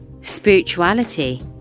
spirituality